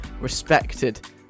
respected